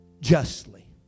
justly